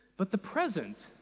but the present,